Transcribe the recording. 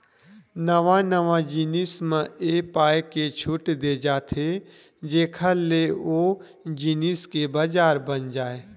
नवा नवा जिनिस म ए पाय के छूट देय जाथे जेखर ले ओ जिनिस के बजार बन जाय